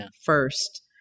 first